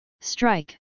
Strike